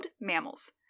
mammals